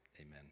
Amen